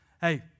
Hey